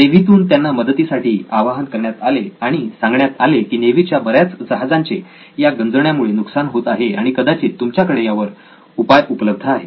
नेव्हीतून त्यांना मदतीसाठी आवाहन करण्यात आले आणि सांगण्यात आले की नेव्हीच्या बऱ्याच जहाजांचे या गंजण्यामुळे नुकसान होत आहे आणि कदाचित तुमच्याकडे यावर उपाय उपलब्ध आहे